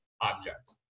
object